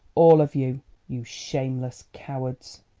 all of you you shameless cowards.